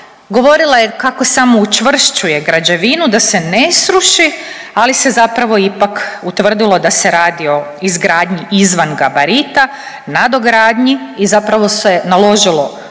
Govorila je kako samo učvršćuje građevinu da se ne sruši, ali se zapravo ipak utvrdilo da se radi o izgradnji izvan gabarita, nadogradnji i zapravo se naložilo rušenje.